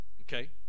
okay